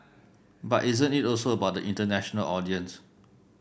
but isn't it also about the international audience